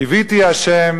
קויתי ה',